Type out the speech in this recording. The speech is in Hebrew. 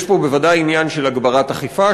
יש פה בוודאי עניין של הגברת אכיפה,